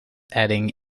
adding